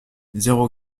zéro